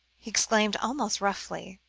he exclaimed almost roughly.